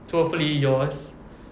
so hopefully yours